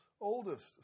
oldest